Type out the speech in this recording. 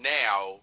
now